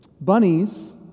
Bunnies